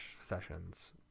sessions